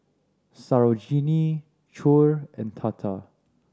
Sarojini Choor and Tata